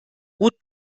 gut